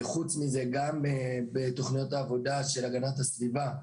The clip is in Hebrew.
חוץ מזה, גם בתוכניות העבודה של הגנת הסביבה,